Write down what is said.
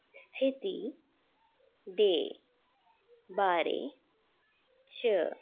स्थिति दे बारे च